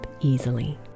easily